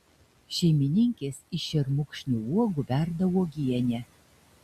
šeimininkės iš šermukšnio uogų verda uogienę